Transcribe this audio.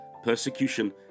persecution